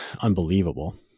unbelievable